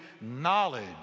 knowledge